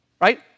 right